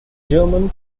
german